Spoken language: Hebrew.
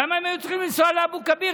למה הם היו צריכים לנסוע לאבו כביר?